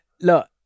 Look